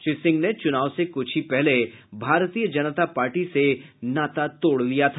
श्री सिंह ने चुनाव से कुछ ही पहले भारतीय जनता पार्टी से नाता तोड़ लिया था